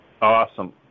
awesome